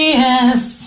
yes